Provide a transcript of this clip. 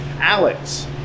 Alex